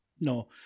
No